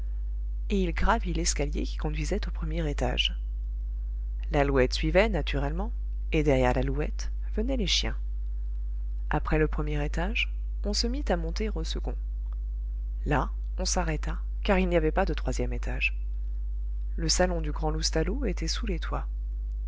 et il gravit l'escalier qui conduisait au premier étage lalouette suivait naturellement et derrière lalouette venaient les chiens après le premier étage on se mit à monter au second là on s'arrêta car il n'y avait pas de troisième étage le salon du grand loustalot était sous les toits